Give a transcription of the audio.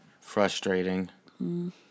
frustrating